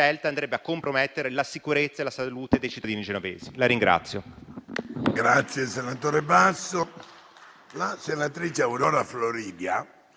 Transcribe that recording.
andrebbe a compromettere la sicurezza e la salute dei cittadini genovesi.